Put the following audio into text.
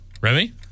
Remy